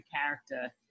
character